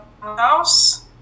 house